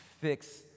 fix